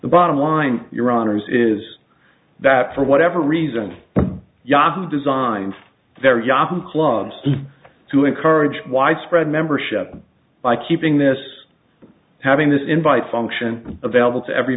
the bottom line your honour's is that for whatever reason yahoo designed their yahoo clubs to encourage widespread membership by keeping this having this invite function available to every